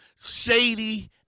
shady